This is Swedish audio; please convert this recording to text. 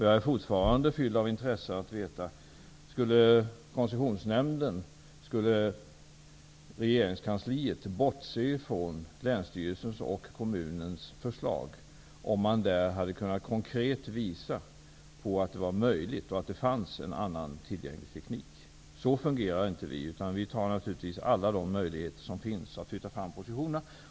Jag är fortfarande fylld av intresse att få veta: Skulle Konsessionsnämnden och regeringskansliet bortse från länsstyrelsens och kommunens förslag, om man där konkret hade kunnat påvisa att det var möjligt att finna en annan tillgänglig teknik? Så fungerar inte vi, utan vi tar naturligtvis alla de möjligheter som finns att flytta fram positionerna.